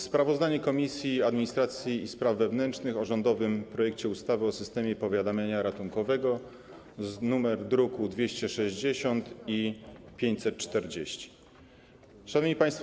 Sprawozdanie Komisji Administracji i Spraw Wewnętrznych o rządowym projekcie ustawy o systemie powiadamiania ratunkowego, druki nr 260 i 540. Szanowni Państwo!